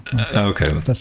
Okay